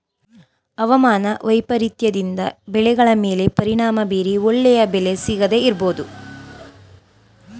ಅವಮಾನ ವೈಪರೀತ್ಯದಿಂದ ಬೆಳೆಗಳ ಮೇಲೆ ಪರಿಣಾಮ ಬೀರಿ ಒಳ್ಳೆಯ ಬೆಲೆ ಸಿಗದೇ ಇರಬೋದು